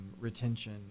retention